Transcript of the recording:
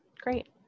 Great